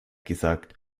gesagt